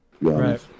Right